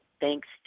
thanks